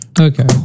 Okay